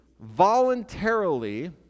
voluntarily